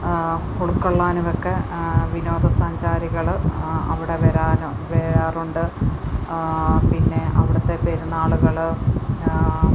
ഉൾക്കൊള്ളാനുമൊക്കെ വിനോദസഞ്ചാരികൾ അവിടെ വരാനും വരാറുണ്ട് പിന്നെ അവിടുത്തെ പെരുന്നാളുകൾ